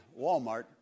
Walmart